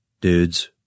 Dudes